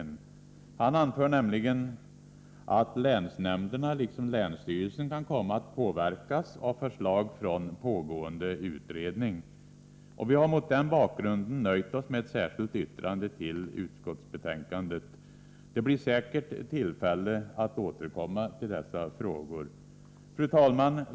Han 8 år SER DR ÅR k ä samhetens styrning anför nämligen att länsnämnderna liksom länsstyrelsen kan komma att rag ä a och organisation, påverkas av förslag från pågående utredning. EA Vi har mot den bakgrunden nöjt oss med ett särskilt yttrande till utskottsbetänkandet. Det blir säkert tillfälle att återkomma till dessa frågor. Fru talman!